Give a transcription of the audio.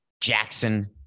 Jackson